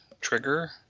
trigger